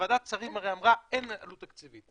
ועדת שרים אמרה שאין עלות תקציבית,